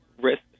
risk